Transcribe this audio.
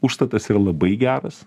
užstatas yra labai geras